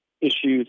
issues